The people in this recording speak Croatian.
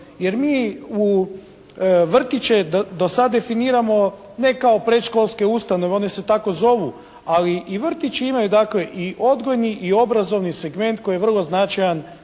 jer mi u vrtiće da sada definiramo, ne kao predškolske ustanove. One se tako zovu ali i vrtići imaju i odgojni i obrazovni segment koji je vrlo značajan